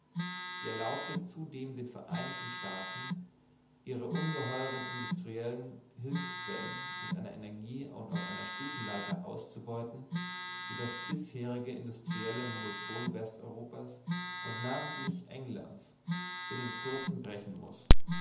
sie erlaubte zudem den vereinigten staaten ihre ungeheuren industriellen hülfsquellen mit einer energie und auf einer stufenleiter auszubeuten die das bisherige industrielle monopol westeuropas und namentlich englands binnen kurzem brechen muß